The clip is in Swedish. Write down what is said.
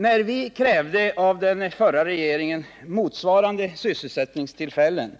När vi av den förra regeringen krävde motsvarande sysselsättningstillfällen